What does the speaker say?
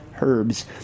herbs